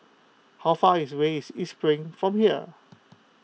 how far is way is East Spring from here